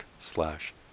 slash